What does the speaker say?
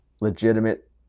legitimate